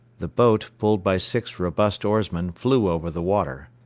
the boat, pulled by six robust oarsmen, flew over the water.